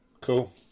Cool